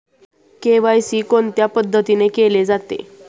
KYC कोणत्या पद्धतीने केले जाते?